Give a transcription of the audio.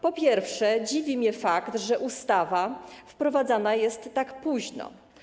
Po pierwsze, dziwi mnie fakt, że ustawa wprowadzana jest tak późno.